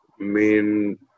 main